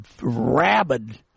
rabid